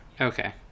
Okay